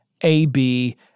AB